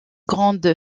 grande